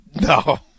No